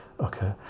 okay